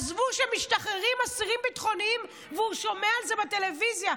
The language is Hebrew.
עזבו שמשתחררים אסירים ביטחוניים והוא שומע על זה בטלוויזיה,